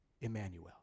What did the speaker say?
Emmanuel